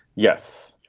yes,